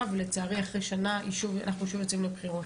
ולצערי אחרי שנה אנחנו שוב יוצאים לבחירות,